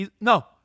No